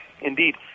indeed